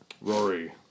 Rory